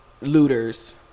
looters